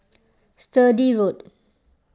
Sturdee Road